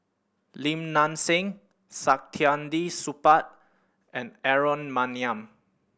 Lim Nang Seng Saktiandi Supaat and Aaron Maniam